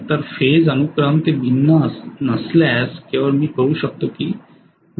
तर फेज अनुक्रम ते भिन्न नसल्यास केवळ मी ही दोन कनेक्शन अदलाबदल करणे करू शकतो